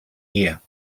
year